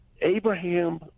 Abraham